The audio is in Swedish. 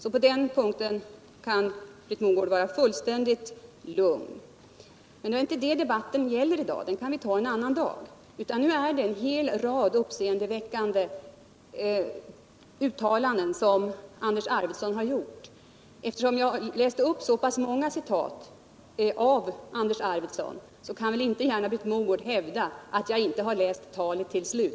för baskunskaper kan Britt Mogård vara fullständigt lugn. Men det är inte detta debatten gäller i dag — den debatten kan vita vid annat tillfälle. Nu gäller det en hel rad uppseendeväckande uttalanden som Anders Arfwedson har gjort. Eftersom jag läste upp så många citat av Anders Arfwedson kan Britt Mogård inte gärna hävda att jag inte har läst talet till slut.